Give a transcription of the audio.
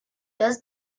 does